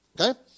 Okay